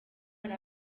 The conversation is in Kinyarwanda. hari